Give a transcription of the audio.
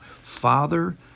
Father